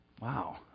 Wow